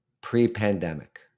pre-pandemic